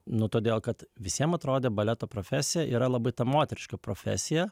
nu todėl kad visiems atrodė baleto profesija yra labai moteriška profesija